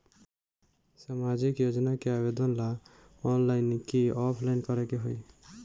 सामाजिक योजना के आवेदन ला ऑनलाइन कि ऑफलाइन करे के होई?